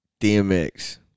DMX